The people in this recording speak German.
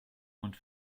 mund